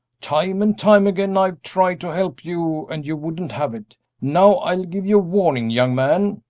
time and time again i've tried to help you and you wouldn't have it. now i'll give you warning, young man,